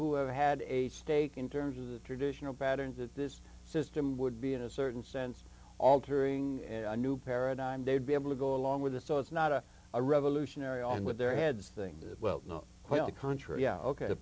who had a stake in terms of the traditional patterns that this system would be in a certain sense altering a new paradigm they'd be able to go along with it so it's not a revolutionary on with their heads thing well not quite the contrary yeah ok